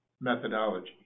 methodology